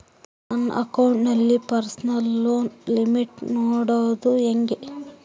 ನನ್ನ ಅಕೌಂಟಿನಲ್ಲಿ personal loan limit ನೋಡದು ಹೆಂಗೆ?